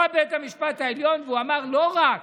בא בית המשפט העליון ואמר: לא רק